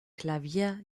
klavier